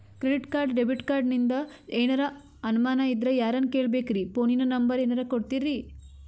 Credit card, debit ಕಾರ್ಡಿಂದ ಏನರ ಅನಮಾನ ಇದ್ರ ಯಾರನ್ ಕೇಳಬೇಕ್ರೀ, ಫೋನಿನ ನಂಬರ ಏನರ ಕೊಡ್ತೀರಿ?